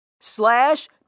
slash